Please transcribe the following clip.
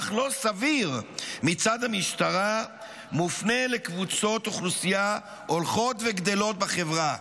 לא סביר מצד המשטרה מופנה לקבוצות אוכלוסייה הולכות וגדלות בחברה.